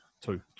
Two